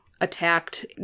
attacked